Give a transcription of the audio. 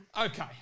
Okay